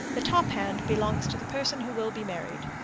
the top hand belongs to the person who will be married.